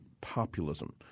populism